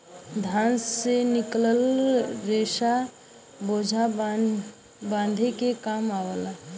धान से निकलल रेसा बोझा बांधे के काम आवला